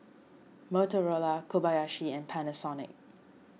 Motorola Kobayashi and Panasonic